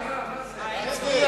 מה זה?